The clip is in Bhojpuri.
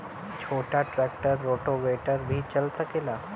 छोटा ट्रेक्टर रोटावेटर भी चला सकेला?